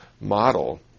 model